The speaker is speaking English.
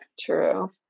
True